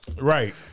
Right